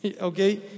okay